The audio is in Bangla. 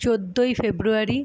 চৌদ্দই ফেব্রুয়ারি